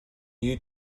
you